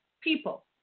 people